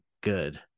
good